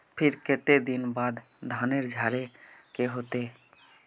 फिर केते दिन बाद धानेर झाड़े के होते?